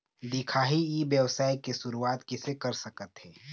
दिखाही ई व्यवसाय के शुरुआत किसे कर सकत हे?